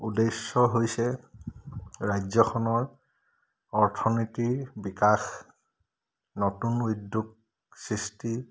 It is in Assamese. উদ্দেশ্য হৈছে ৰাজ্যখনৰ অৰ্থনীতিৰ বিকাশ নতুন উদ্যোগ সৃষ্টি